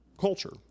culture